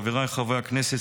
חבריי חברי הכנסת,